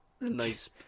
Nice